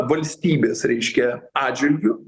valstybės reiškia atžvilgiu